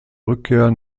rückkehr